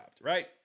right